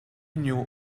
knew